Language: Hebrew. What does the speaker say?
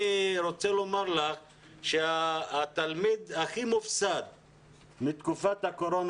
אני רוצה לומר לך שהתלמיד הכי מופסד בתקופת הקורונה